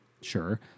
Sure